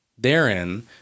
Therein